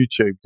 YouTube